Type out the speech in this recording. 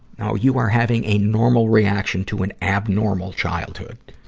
no, you are having a normal reaction to an abnormal childhood.